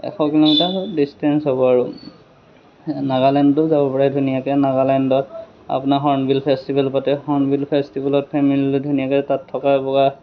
এশ kilometre distance হ'ব আৰু নাগালেণ্ডটো যাব পাৰে ধুনীয়াকৈ নাগালেণ্ডত আপোনাৰ হৰ্ণবিল ফেষ্টিভেল পাতে হৰ্ণবিল ফেষ্টিভেলত ফেমেলি লৈ ধুনীয়াকৈ তাত থকা বোৱা